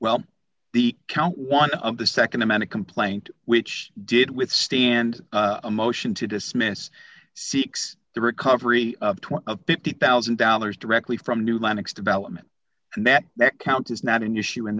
well the count one of the nd amount of complaint which did withstand a motion to dismiss seeks the recovery of fifty thousand dollars directly from new lenox development and that count is not an issue in